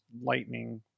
Lightning